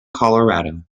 colorado